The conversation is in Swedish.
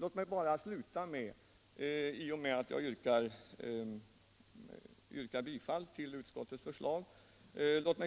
Låt mig, samtidigt som jag yrkar bifall till utskottets förslag,